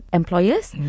employers